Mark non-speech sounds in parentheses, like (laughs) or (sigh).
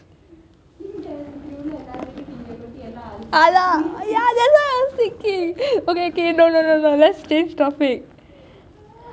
(laughs) அதான்:athaan that is what I was thinking